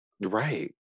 Right